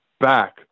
back